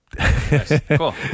Cool